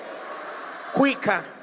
Quicker